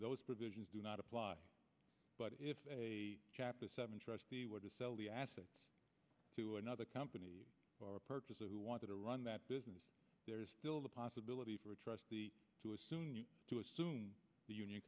those provisions do not apply but if a chapter seven trust the one to sell the assets to another company or a purchaser who wanted to run that business there's still the possibility for a trust the two is soon to assume the union